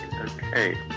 Okay